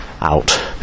out